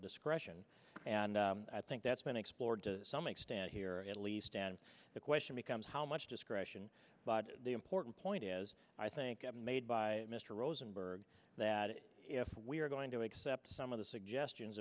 discretion and i think that's been explored to some extent here at least and the question becomes how much discretion but the important point as i think i've made by mr rosenberg that if we're going to accept some of the suggestions